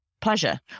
pleasure